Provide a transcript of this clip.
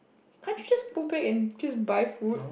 can't you just go back and just buy food